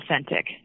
authentic